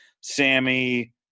Sammy